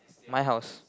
my house